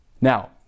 Now